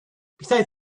besides